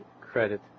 credit